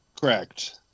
correct